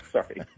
Sorry